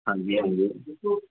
ਹਾਂਜੀ ਹਾਂਜੀ